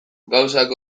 gauzak